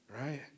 right